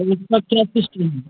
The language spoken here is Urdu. پچا سسٹ